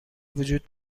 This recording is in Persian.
وجود